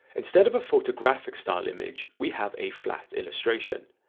instead of a photographic style image we have a flat illustration.